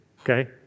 okay